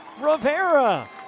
Rivera